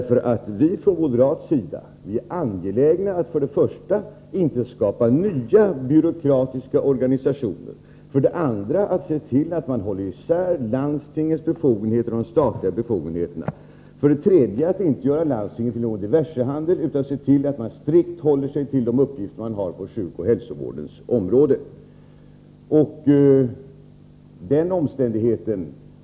Från moderat sida är vi angelägna om för det första att inte skapa nya byråkratiska organisationer, för det andra att hålla isär landstingens befogenheter och de statliga befogenheterna samt för det tredje att inte göra landstingen till något slags diversehandel utan se till att de strikt håller sig till de uppgifter som de har på sjukoch hälsovårdens område.